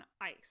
ice